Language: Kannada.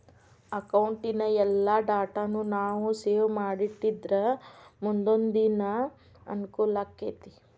ಅಕೌಟಿನ್ ಎಲ್ಲಾ ಡಾಟಾನೂ ನಾವು ಸೇವ್ ಮಾಡಿಟ್ಟಿದ್ರ ಮುನ್ದೊಂದಿನಾ ಅಂಕೂಲಾಕ್ಕೆತಿ